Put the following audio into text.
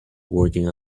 working